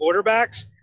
quarterbacks